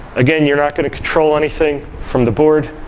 again, you're not going to control anything from the board.